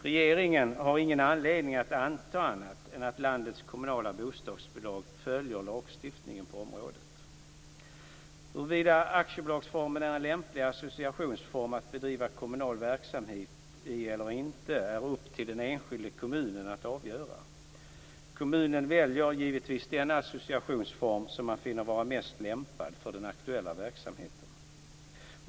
Regeringen har ingen anledning att anta annat än att landets kommunala bostadsbolag följer lagstiftningen på området. Huruvida aktiebolagsformen är en lämplig associationsform att bedriva kommunal verksamhet i eller inte är upp till den enskilda kommunen att avgöra. Kommunen väljer givetvis den associationsform som man finner vara mest lämpad för den aktuella verksamheten.